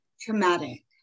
traumatic